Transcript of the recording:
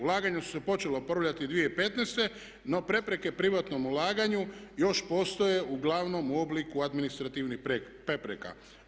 Ulaganja su se počela oporavljati 2015. no prepreke privatnom ulaganju još postoje uglavnom u obliku administrativnih prepreka.